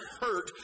hurt